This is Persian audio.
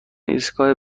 ایستگاه